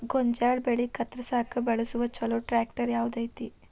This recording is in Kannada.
ಗೋಂಜಾಳ ಬೆಳೆ ಕತ್ರಸಾಕ್ ಬಳಸುವ ಛಲೋ ಟ್ರ್ಯಾಕ್ಟರ್ ಯಾವ್ದ್ ಐತಿ?